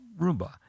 Roomba